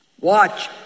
Watch